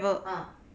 ah